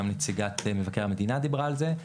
גם נציגי מבקר המדינה דיברה על זה,